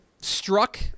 struck